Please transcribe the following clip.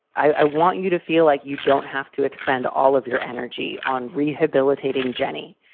i want you to feel like you don't have to expend all of your energy on rehabilitating jenny.